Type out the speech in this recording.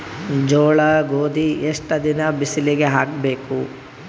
ಜೋಳ ಗೋಧಿ ಎಷ್ಟ ದಿನ ಬಿಸಿಲಿಗೆ ಹಾಕ್ಬೇಕು?